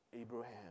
Abraham